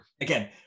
again